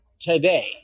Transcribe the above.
Today